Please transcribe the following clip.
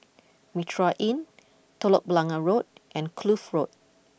Mitraa Inn Telok Blangah Road and Kloof Road